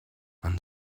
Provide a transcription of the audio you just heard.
man